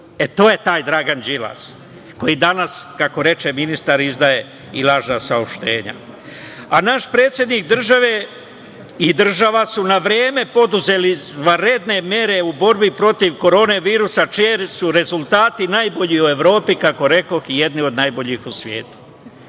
E, to je taj Dragan Đilas, koji danas, kako reče ministar izdaje i lažna saopštenja. Naš predsednik države i država su na vreme preduzeli izvanredne mere u borbi protiv korone virusa čiji su rezultati najbolji u Evropi, kako rekoh i jedni od najboljih u svetu.